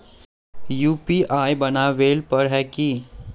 UPI बनावेल पर है की?